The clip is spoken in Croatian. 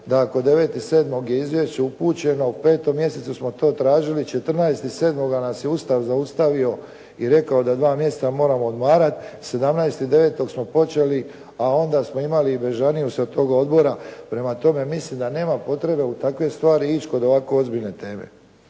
da ako 9.7. je izvješće upućeno u 5. mjesecu smo to tražili, 14.7. nas je Ustav zaustavio i rekao da dva mjeseca moramo odmarati, 17.9. smo počeli, a onda smo imali bežaniju sa tog odbora. Prema tome mislim da nema potrebe u takve stvari ići kod ovako ozbiljne teme.